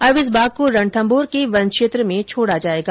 अब इस बाघ को रणथम्भौर के वन क्षेत्र में छोडा जायेगा